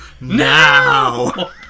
now